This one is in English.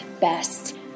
best